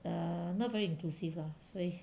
err not very inclusive lah 所以